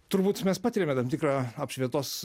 turbūt mes patiriame tam tikrą apšvietos